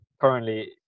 currently